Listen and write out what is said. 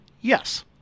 Yes